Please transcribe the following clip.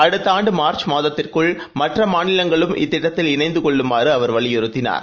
அடுத்த ஆண்டு மார்சு மாத்திற்குள் மாநிலங்களும் இத்திட்டத்தில் இணைந்து கொள்ளுமாறு அவர் வலியுறுத்தினார்